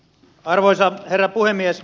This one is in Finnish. arvoisa herra puhemies